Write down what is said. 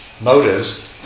motives